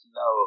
no